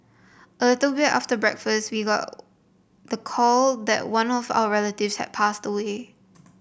a little bit after breakfast we got the call that one of our relatives have passed away